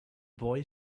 boy